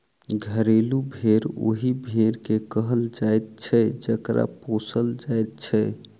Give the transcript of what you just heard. घरेलू भेंड़ ओहि भेंड़ के कहल जाइत छै जकरा पोसल जाइत छै